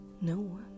no